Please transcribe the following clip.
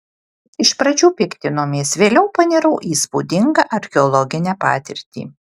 iš pradžių piktinomės vėliau panirau į įspūdingą archeologinę patirtį